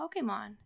Pokemon